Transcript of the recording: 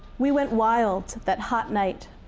we went wild that hot night.